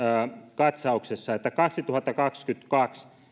katsauksessa sanotaan että kaksituhattakaksikymmentäkaksi